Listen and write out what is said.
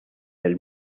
del